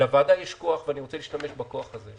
לוועדה יש כוח, ואני רוצה להשתמש בכוח הזה.